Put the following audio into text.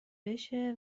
بشه